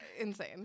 Insane